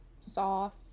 soft